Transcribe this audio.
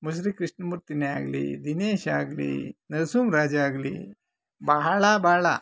ಮುಸುರಿ ಕೃಷ್ಣಮೂರ್ತಿಯೇ ಆಗಲಿ ದಿನೇಶ್ ಆಗಲಿ ನರಸಿಂಹರಾಜೇ ಆಗಲಿ ಬಹಳ ಬಹಳ